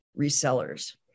resellers